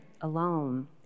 alone